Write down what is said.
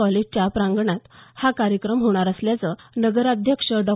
कॉलेजच्या प्रांगणात हा कार्यक्रम होणार असल्याचं नगराध्यक्ष डॉ